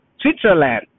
Switzerland